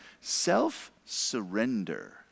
Self-surrender